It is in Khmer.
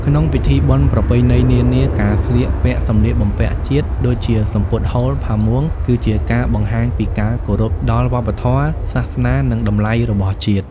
ក្នុងពិធីបុណ្យប្រពៃណីនានា ការស្លៀកពាក់សម្លៀកបំពាក់ជាតិ ដូចជាសំពត់ហូល ផាមួង គឺជាការបង្ហាញពីការគោរពដល់វប្បធម៌ សាសនា និងតម្លៃរបស់ជាតិ។